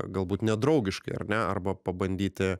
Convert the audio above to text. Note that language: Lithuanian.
galbūt nedraugiškai ar ne arba pabandyti